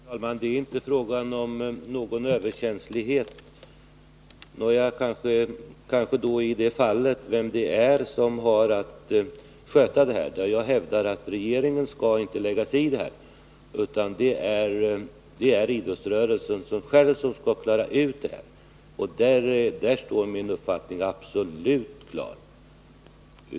Herr talman! Det är inte fråga om någon överkänslighet. Nåja, det kan kanske uppfattas så i det här fallet — när det gäller vem som har att sköta detta. Jag hävdar att regeringen inte skall lägga sig i det. Det är idrottsrörelsen själv som skall klara ut det. Därvidlag är min uppfattning absolut klar.